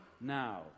now